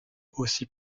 aussi